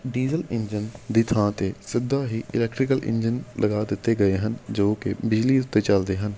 diesel engine ਦੀ ਥਾਂ 'ਤੇ ਸਿੱਧਾ ਹੀ ਇਲੈਕਟਰੀਕਲ ਇੰਜਨ ਲਗਾ ਦਿੱਤੇ ਗਏ ਹਨ ਜੋ ਕਿ ਬਿਜਲੀ ਉੱਤੇ ਚੱਲਦੇ ਹਨ